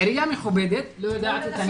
עירייה מכובדת לא יודעת את הנתון,